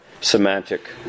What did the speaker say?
semantic